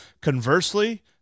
Conversely